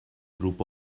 group